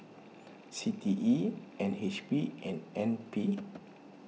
C T E N H B and N P